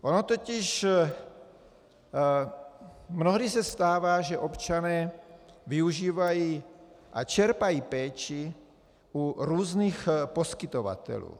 Ono totiž mnohdy se stává, že občané využívají a čerpají péči u různých poskytovatelů.